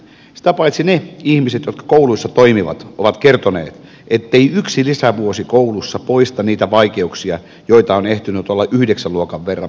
sitä paitsi ne ihmiset jotka kouluissa toimivat ovat kertoneet ettei yksi lisävuosi koulussa poista niitä vaikeuksia joita on ehtinyt olla yhdeksän luokan verran peruskoulussa